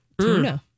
No